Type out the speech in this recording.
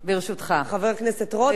משאר החברים אני מבקשת,